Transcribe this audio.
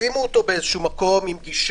שיוציאו כסף לפני זה וישימו אותו באיזה מקום עם גישה,